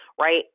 right